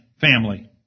family